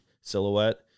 silhouette